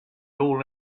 all